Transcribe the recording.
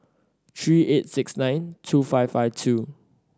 three eight six nine two five five two